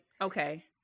Okay